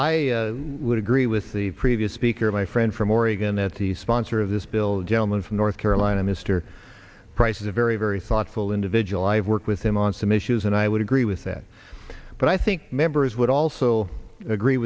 i would agree with the previous speaker my friend from oregon that the sponsor of this bill the gentleman from north carolina mr price is a very very thoughtful individual i've worked with him on some issues and i would agree with that but i think members would also agree